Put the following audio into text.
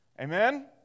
Amen